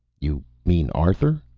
you mean arthur?